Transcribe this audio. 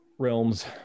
realms